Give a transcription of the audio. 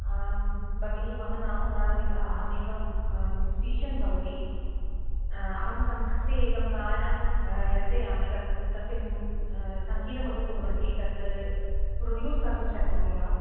आं भगिनी मम नाम माळविका अहमेकं म्यूसिषियन् भवति अहं संस्कृते एकं गानं रचयामि तत् तस्य सङ्गीतमपि कुर्वन्ति तत् प्रोड्यूस् कर्तुं शक्नोमि वा